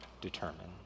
determine